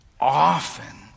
often